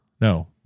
No